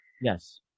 Yes